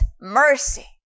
mercy